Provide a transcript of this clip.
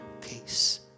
peace